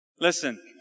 Listen